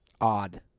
Odd